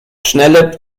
schnelle